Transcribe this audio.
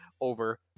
over